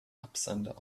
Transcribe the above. absender